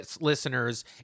listeners